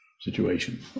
situation